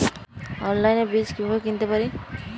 অনলাইনে বীজ কীভাবে কিনতে পারি?